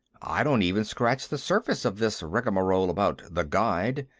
i don't even scratch the surface of this rigamarole about the guide.